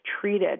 treated